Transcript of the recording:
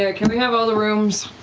yeah can we have all the rooms?